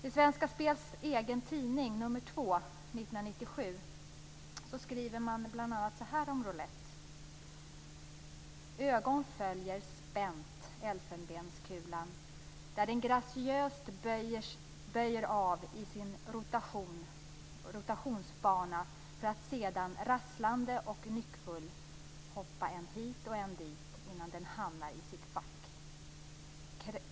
I Svenska Spels egen tidning nr 2 år 1997 skriver man bl.a. så här om roulette: "ögon följer spänt elfenbenskulan där den graciöst böjer av i sin rotations bana för att sedan, rasslande och nyckfull, hoppa än hit och än dit innan den hamnar i sitt fack.